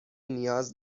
نیاز